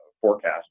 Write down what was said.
forecast